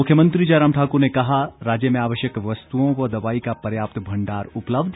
मुख्यमंत्री जयराम ठाकुर ने कहा राज्य में आवश्यक वस्तुओं व दवाई का पर्याप्त भंडार उपलब्ध